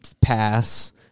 pass